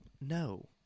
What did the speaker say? no